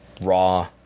Raw